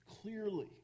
clearly